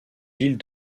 villes